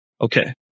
Okay